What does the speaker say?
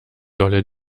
dolle